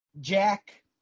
Jack